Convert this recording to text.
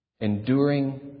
Enduring